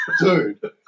dude